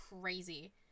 crazy